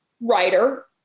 writer